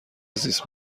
زیست